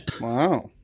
Wow